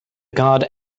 guard